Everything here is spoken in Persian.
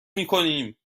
میکنیم